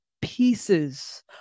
pieces